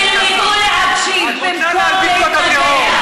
תלמדו להקשיב במקום להתווכח.